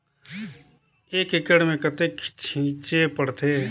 एक एकड़ मे कतेक छीचे पड़थे?